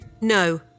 No